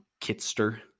Kitster